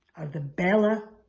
the bella,